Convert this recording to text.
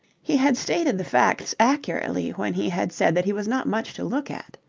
he had stated the facts accurately when he had said that he was not much to look at.